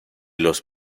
los